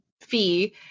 fee